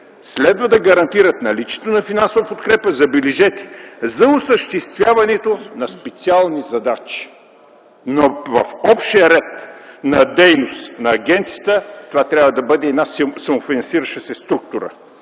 следва да гарантират наличието на финансова подкрепа, забележете, за осъществяването на специални задачи, но в общия ред на дейност на агенцията това трябва да бъде една самофинансираща се структура.